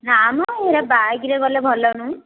ନା ମ ମୁଁ ଏ ବାଇକ୍ ରେ ଗଲେ ଭଲ ନୁହଁ